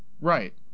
right